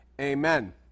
Amen